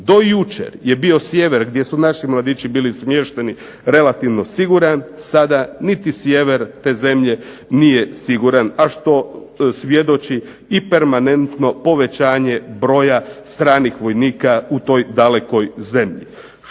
Do jučer je bio sjever gdje su naši mladići bili smješteni relativno siguran, sada niti sjever te zemlje nije siguran a što svjedoči i permanentno povećanje broja stranih vojnika u toj stranoj zemlji.